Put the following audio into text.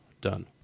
done